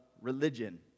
religion